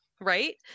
Right